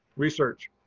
research.